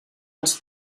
els